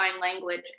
language